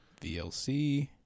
VLC